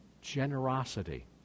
generosity